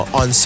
on